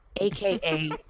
aka